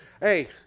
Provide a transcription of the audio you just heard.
Hey